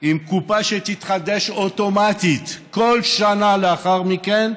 עם קופה שתתחדש אוטומטית כל שנה לאחר מכן.